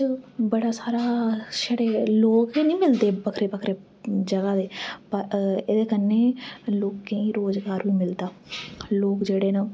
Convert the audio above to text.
ठीक ऐ ओह्दे च बड़ा सारा छड़े लोग गै निं मिलदे बक्खरे बक्खरे जगह दे ते कन्नै लोकें गी रोज़गार बी मिलदा लोग जेह्ड़े न